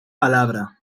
palabra